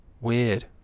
Weird